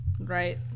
right